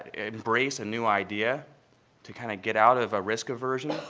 embrace a new idea to kind of get out of risk aversion,